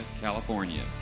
California